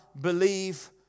believe